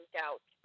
doubt